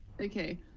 Okay